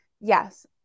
Yes